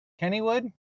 Kennywood